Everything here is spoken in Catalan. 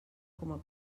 coma